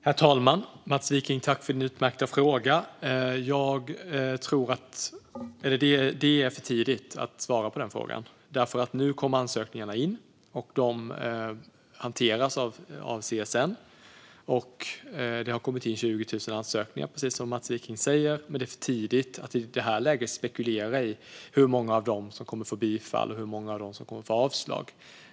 Herr talman! Tack, Mats Wiking, för den utmärkta frågan! Nu kommer ansökningarna in. De hanteras av CSN, och det har kommit in 20 000 ansökningar, precis som Mats Wiking säger. I det här läget är det för tidigt att spekulera i hur många av dem som kommer att få bifall och hur många av dem som kommer att få avslag.